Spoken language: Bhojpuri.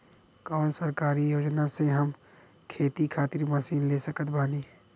कौन सरकारी योजना से हम खेती खातिर मशीन ले सकत बानी?